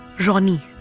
ronnie